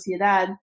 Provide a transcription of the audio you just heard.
Sociedad